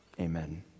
amen